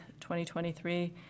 2023